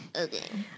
Okay